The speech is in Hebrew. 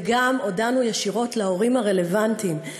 וגם הודענו ישירות להורים הרלוונטיים.